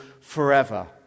forever